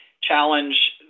Challenge